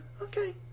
okay